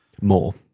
More